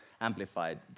Amplified